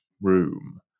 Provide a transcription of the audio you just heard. room